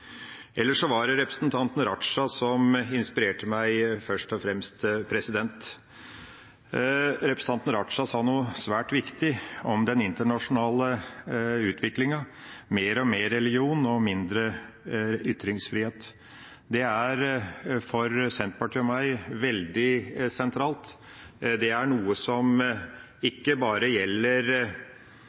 representanten Raja som inspirerte meg. Representanten Raja sa noe svært viktig om den internasjonale utviklinga: mer og mer religion og mindre ytringsfrihet. Det er, for Senterpartiet og meg, veldig sentralt. Det er noe som ikke bare gjelder